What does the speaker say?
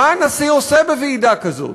מה הנשיא עושה בוועידה כזו,